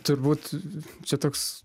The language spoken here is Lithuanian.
turbūt čia toks